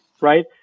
Right